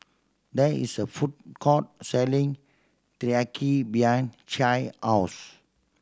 there is a food court selling Teriyaki behind Che house